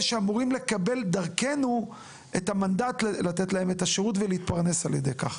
שאמורים לקבל דרכנו את המנדט לתת להם את השירות ולהתפרנס על ידי כך,